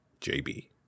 JB